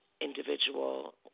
individual